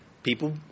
People